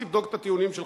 אז תבדוק את הטיעונים שלך,